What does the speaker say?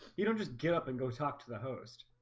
you don't just get up and go talk to the host